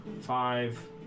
five